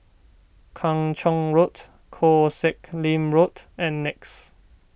Kung Chong Road Koh Sek Lim Road and Nex